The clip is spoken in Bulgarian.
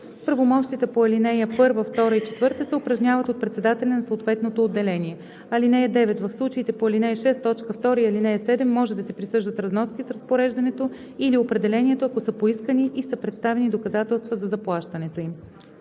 правомощията по ал. 1, 2 и 4 се упражняват от председателя на съответното отделение. (9) В случаите по ал. 6, т. 2 и ал. 7 може да се присъждат разноски с разпореждането или определението, ако са поискани и са представени доказателства за заплащането им.“